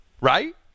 right